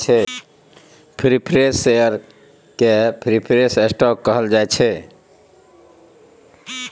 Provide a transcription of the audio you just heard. preference share केँ preference stock कहल जाइ छै